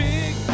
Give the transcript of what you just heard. Big